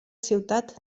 ciutat